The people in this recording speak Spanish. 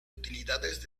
utilidades